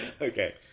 Okay